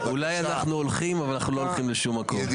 אולי אנחנו הולכים אבל אנחנו לא הולכים לשום מקום.